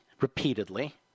repeatedly